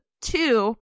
Two